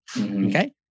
Okay